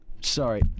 Sorry